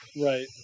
Right